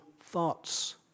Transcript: thoughts